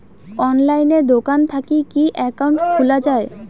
অনলাইনে দোকান থাকি কি একাউন্ট খুলা যায়?